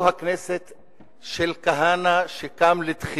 נא להוציא